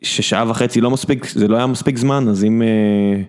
ששעה וחצי לא מספיק, זה לא היה מספיק זמן, אז אם...